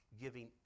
giving